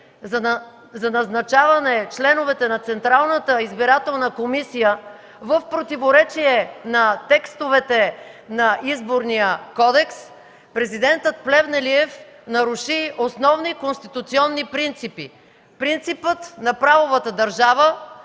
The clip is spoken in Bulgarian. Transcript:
за назначаване членовете на Централната избирателна комисия в противоречие на текстовете на Изборния кодекс, Президентът Плевнелиев наруши основни конституционни принципи – принципа на правовата държава,